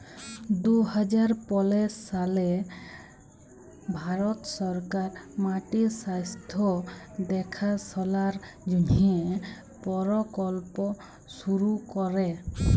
দু হাজার পলের সালে ভারত সরকার মাটির স্বাস্থ্য দ্যাখাশলার জ্যনহে পরকল্প শুরু ক্যরে